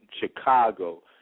Chicago